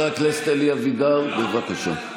חבר הכנסת אלי אבידר, בבקשה.